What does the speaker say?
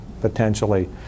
potentially